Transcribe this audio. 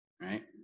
Right